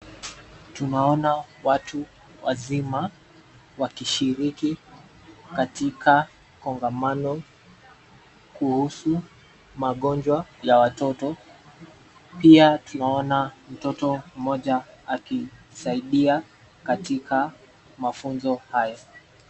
Tunaona watu wazima wakishiriki katika kongamano kuhusu magonjwa ya watoto. Pia tunaona mtoto mmoja akisaidia katika mafunzo hayo.